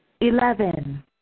Eleven